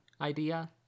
idea